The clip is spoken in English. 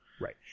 Right